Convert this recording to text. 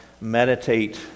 meditate